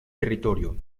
territorio